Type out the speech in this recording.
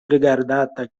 rigardata